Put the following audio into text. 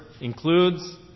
includes